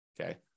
okay